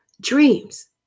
dreams